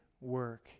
work